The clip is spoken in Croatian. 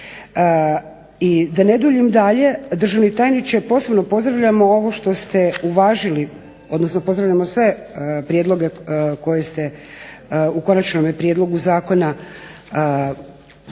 I da ne duljim dalje, državni tajniče posebno pozdravljamo ovo što ste uvažili, odnosno pozdravljamo sve prijedloge koje ste u konačnome prijedlogu zakona uvažili,